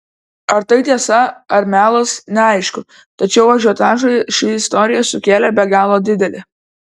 ar tai tiesa ar melas neaišku tačiau ažiotažą ši istorija sukėlė be galo didelį